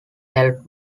held